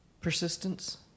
persistence